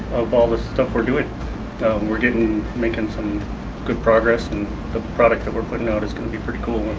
of all the stuff we're doing we're getting making some good progress and the product that we're putting out is going to be pretty good.